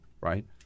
right